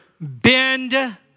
bend